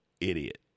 Idiot